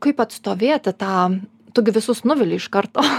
kaip atstovėti tą tu gi visus nuvili iš karto